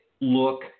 look